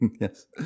Yes